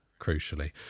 crucially